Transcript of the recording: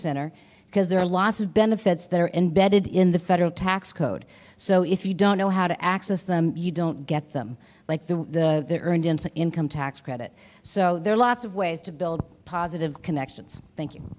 center because there are lots of benefits that are embedded in the federal tax code so if you don't know how to access them you don't get them like the income tax credit so there are lots of ways to build positive connections thank